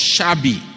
Shabby